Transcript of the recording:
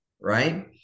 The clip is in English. right